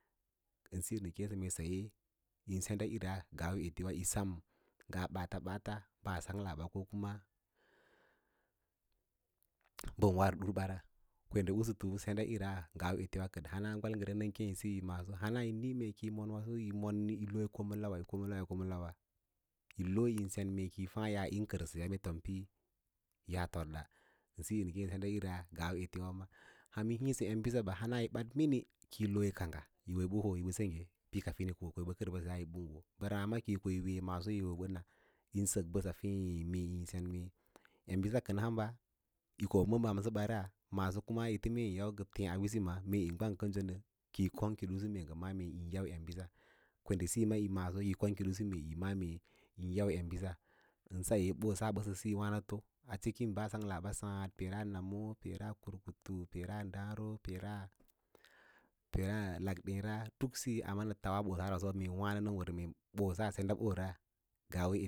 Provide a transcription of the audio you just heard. Ən siyo nə kěě mee saye yô ma sendaꞌira ngaa u etewa sem nga ɓaats ɓaats ɓəa sanglaɓa ra ko kuwa bən warsə ɗurɓa ra kwenɗe usutu sendaꞌira ngaa u etewa kən hana gwagəre nən kěěsə siyi manso, hana yi niĩ mee kiyi mon waso ki yi mon yi lo yi koma lawa yi ko ma lawa yin lo yi sen mee ki yi paa yaa yin kərsəsiya don mee fom yaa todda, ndə siyo nə keẽsə dəndaꞌira ngaa gwalgerewa ma ham híísə emboss ɓa ko yi ɓə hoo yi ɓə sengge pə kadin ko ko yì ɓə kər mbəseyaa yi ɓən wo mbəraã ki yi ko yí wee maaso wo yi ɓə na yin sək bəsa feẽ mee embiss kəna hamba yɗ məb ma hansəba ra kua mee ete yan ka teẽ ausí ma mee yi gwang kənso nə kiyi kwaãkə, ki yi kong kifꞌusu mee ngə ma’â mee yin yau emɓiss kwenɗe siys yi maaso yi kong kit ꞌusu mee yi ma’â mee yín yau embiss saye ɓosa ɓəsə siyi wanəto a cikin bəa sanglaɓa saãd peera namo peera kirkutu peera daãro peera lak ɗěēra duk siyə amma nə tauwa siyora mee wanəto senɗabora nga u etewa.